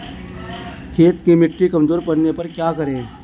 खेत की मिटी कमजोर पड़ने पर क्या करें?